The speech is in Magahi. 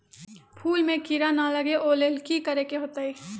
फूल में किरा ना लगे ओ लेल कि करे के होतई?